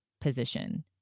position